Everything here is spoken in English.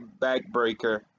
Backbreaker